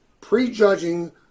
prejudging